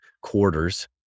quarters